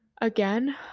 Again